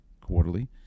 quarterly